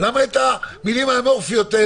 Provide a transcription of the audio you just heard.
את אומרת שעמדת משרד המשפטים,